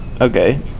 Okay